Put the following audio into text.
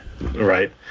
Right